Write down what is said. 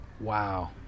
wow